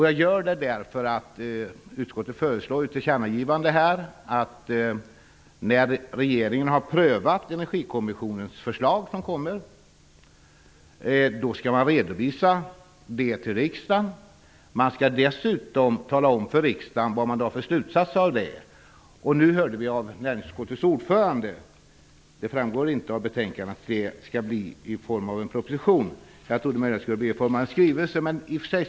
Jag gör det därför att utskottet föreslår i ett tillkännagivande att när regeringen har prövat Energikommissionens förslag skall resultatet redovisas för riksdagen. Regeringen skall också tala om för riksdagen vilka slutsatser regeringen drar. Det framgår inte av betänkandet att detta skall ske i form av en proposition, men vi fick höra det av utskottets ordförande.